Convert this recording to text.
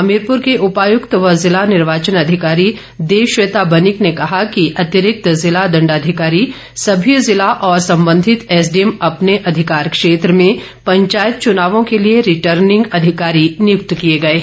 हमीरपुर के उपायुक्त व जिला निर्वाचन अधिकारी देवश्वेता बनिक ने कहा कि अतिरिक्त जिला दण्डाधिकारी समस्त जिला और संबंधित एसडीएम अपने अधिकार क्षेत्र में पंचायत चूनावों के लिए रिटर्निंग अधिकारी नियुक्त किए गए हैं